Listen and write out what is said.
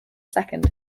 second